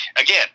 again